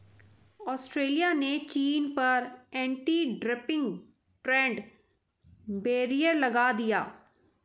Australia ने चीन पर anti dumping trade barrier लगा दिया